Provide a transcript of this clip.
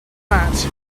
that